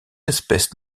espèce